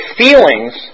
feelings